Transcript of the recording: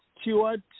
Stewart